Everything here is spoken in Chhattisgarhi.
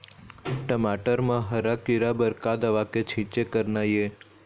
टमाटर म हरा किरा बर का दवा के छींचे करना ये?